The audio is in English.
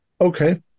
Okay